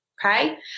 okay